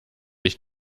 ich